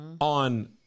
on